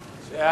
2), התש"ע 2010,